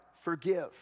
Forgive